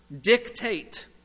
dictate